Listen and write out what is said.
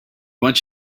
want